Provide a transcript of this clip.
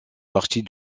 partie